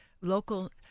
local